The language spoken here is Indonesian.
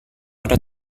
ada